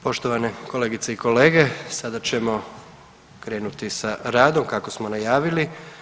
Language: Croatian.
Poštovane kolegice i kolege, sada ćemo krenuti sa radom kako smo najavili.